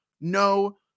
no